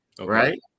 right